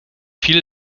viele